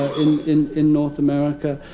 in in north america.